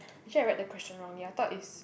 actually I write the question wrongly I thought is